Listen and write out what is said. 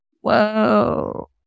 Whoa